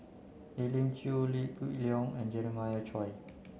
Elim Chew Liew Geok Leong and Jeremiah Choy